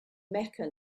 mecca